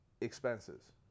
expenses